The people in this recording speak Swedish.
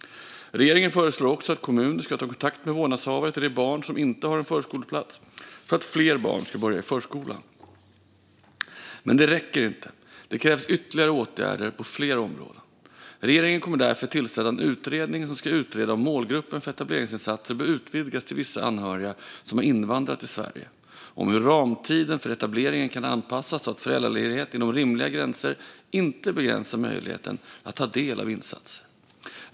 Regeringen föreslår också att kommuner ska ta kontakt med vårdnadshavarna till de barn som inte har en förskoleplats för att fler barn ska börja i förskolan. Men det räcker inte; det krävs ytterligare åtgärder på flera områden. Regeringen kommer därför att tillsätta en utredning som ska utreda om målgruppen för etableringsinsatser bör utvidgas till vissa anhöriga som har invandrat till Sverige. Den ska också utreda hur ramtiden för etableringen kan anpassas så att föräldraledighet - inom rimliga gränser - inte begränsar möjligheten att ta del av insatser.